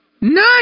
Nice